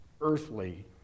earthly